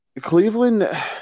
Cleveland